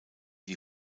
die